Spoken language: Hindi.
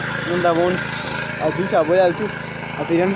मोटा अनाज कौन से समय में उगाया जाता है?